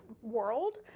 world